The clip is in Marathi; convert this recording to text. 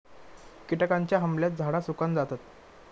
किटकांच्या हमल्यात झाडा सुकान जातत